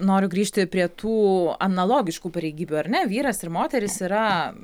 noriu grįžti prie tų analogiškų pareigybių ar ne vyras ir moteris yra